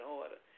order